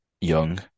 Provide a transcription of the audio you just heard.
young